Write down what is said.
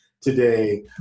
today